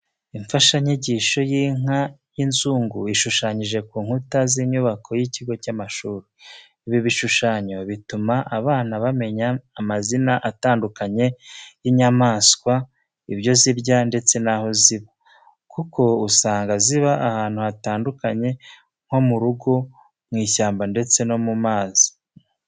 Imfashanyigisho y'inka y'inzungu ishushanyije ku nkuta z'inyubako y'ikigo cy'amashuri. Ibi bishushanyo bituma abana bamenya amazina atandukanye y'inyamaswa, ibyo zirya ndetse n'aho ziba, kuko usanga ziba ahantu hatandukanye nko mu rugo, mu ishyamba ndetse no mu mazi.